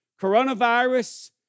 Coronavirus